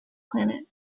planet